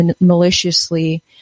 maliciously